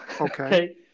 Okay